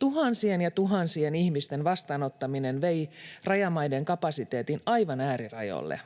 Tuhansien ja tuhansien ihmisten vastaanottaminen vei rajamaiden kapasiteetin aivan äärirajoille,